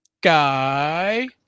Guy